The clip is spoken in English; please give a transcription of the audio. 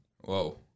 Whoa